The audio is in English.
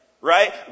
Right